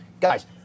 Guys